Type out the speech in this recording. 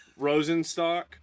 rosenstock